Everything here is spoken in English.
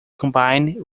combined